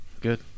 Good